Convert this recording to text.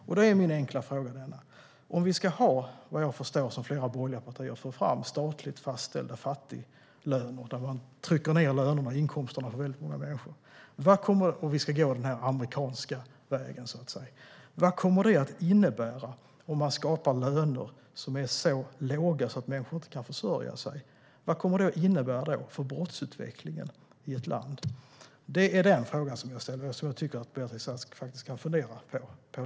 Därför är min enkla fråga denna: Om vi, vad jag förstår av vad flera borgerliga partier för fram, ska ha statligt fastställda fattiglöner där vi trycker ned lönerna och inkomsterna för väldigt många människor - om vi ska gå den amerikanska vägen, så att säga - vad kommer det att innebära? Vad kommer det att innebära för brottsutvecklingen i ett land att skapa löner som är så låga att människor inte kan försörja sig? Det är den fråga jag ställer och som jag tycker att Beatrice Ask faktiskt kan fundera lite på.